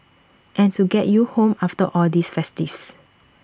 and to get you home after all these festivities